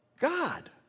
God